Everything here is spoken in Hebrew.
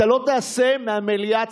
אתה לא תעשה מהמליאה צחוק.